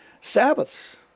sabbaths